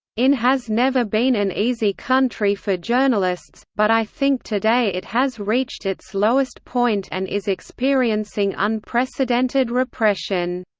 in has never been an easy country for journalists, but i think today it has reached its lowest point and is experiencing unprecedented repression.